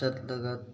ꯆꯠꯂꯒ